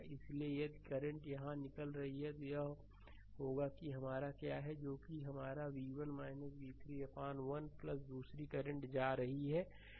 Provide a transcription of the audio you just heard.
इसलिए यदि करंट यहाँ निकल रहा है तो यह होगा कि हमारा क्या है जो कि हमारा v1 v3 अपान 1 दूसरी करंट जा रही है